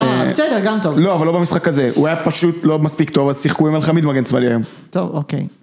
אה, בסדר, גם טוב. לא, אבל לא במשחק הזה. הוא היה פשוט לא מספיק טוב, אז שיחקו עם אלחמיד מגן שמאלי היום. טוב, אוקיי.